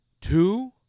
two